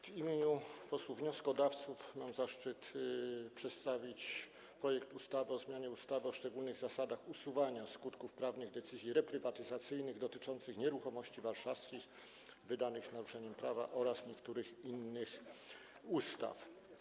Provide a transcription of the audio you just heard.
W imieniu posłów wnioskodawców mam zaszczyt przedstawić projekt ustawy o zmianie ustawy o szczególnych zasadach usuwania skutków prawnych decyzji reprywatyzacyjnych dotyczących nieruchomości warszawskich, wydanych z naruszeniem prawa oraz niektórych innych ustaw.